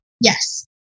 Yes